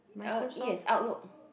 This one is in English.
uh yes Outlook